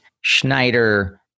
Schneider